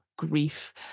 grief